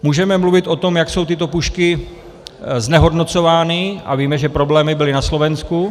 Můžeme mluvit o tom, jak jsou tyto pušky znehodnocovány a víme, že problémy byly na Slovensku.